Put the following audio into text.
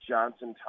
Johnson